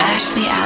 Ashley